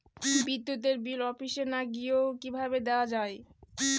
বিদ্যুতের বিল অফিসে না গিয়েও কিভাবে দেওয়া য়ায়?